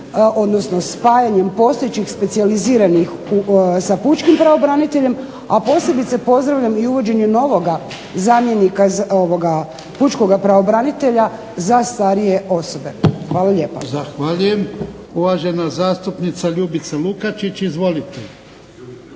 odnosno spajanjem postojećih specijaliziranih sa pučkim pravobraniteljem, a posebice pozdravljam i uvođenje novoga zamjenika pučkoga pravobranitelja za starije osobe. Hvala lijepa. **Jarnjak, Ivan (HDZ)** Zahvaljujem. Uvažena zastupnica Ljubica Lukačić, izvolite.